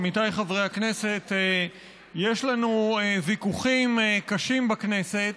עמיתיי חברי הכנסת, יש לנו ויכוחים קשים בכנסת,